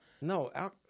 No